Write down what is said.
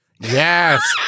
Yes